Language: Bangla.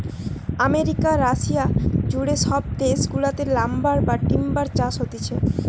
আমেরিকা, রাশিয়া জুড়ে সব দেশ গুলাতে লাম্বার বা টিম্বার চাষ হতিছে